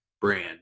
brand